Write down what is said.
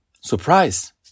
surprise